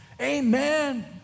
Amen